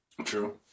true